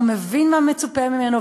הוא מבין מה מצופה ממנו,